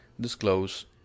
disclose